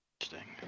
Interesting